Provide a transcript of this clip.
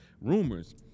rumors